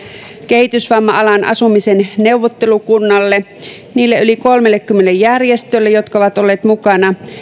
kehitysvamma alan asumisen neuvottelukunnalle niille yli kolmellekymmenelle järjestölle jotka ovat olleet mukana